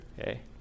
okay